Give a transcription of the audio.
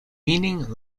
meaning